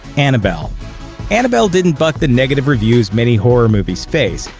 annabelle annabelle didn't buck the negative reviews many horror movies face,